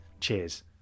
Cheers